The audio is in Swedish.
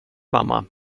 mamma